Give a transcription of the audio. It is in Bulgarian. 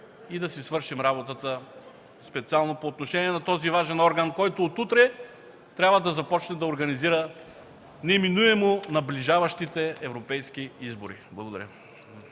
и да си свършим работата специално по отношение на този важен орган, който от утре трябва да започне да организира – неминуемо, наближаващите европейски избори. Благодаря.